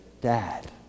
dad